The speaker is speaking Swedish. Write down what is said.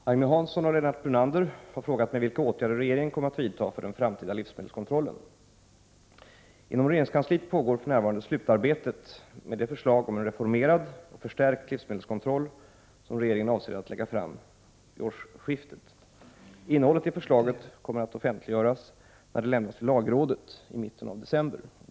Fru talman! Agne Hansson och Lennart Brunander har frågat mig vilka åtgärder regeringen kommer att vidta för den framtida livsmedelskontrollen. Inom regeringskansliet pågår för närvarande slutarbetet med det förslag om en reformerad och förstärkt livsmedelskontroll som regeringen avser att lägga fram vid årsskiftet. Innehållet i förslaget kommer att offentliggöras när det lämnas till lagrådet i mitten av december.